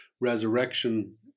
Resurrection